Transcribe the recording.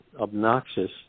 obnoxious